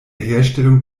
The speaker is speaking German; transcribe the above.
herstellung